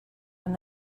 and